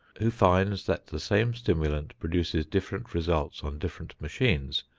who finds that the same stimulant produces different results on different machines,